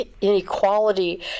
inequality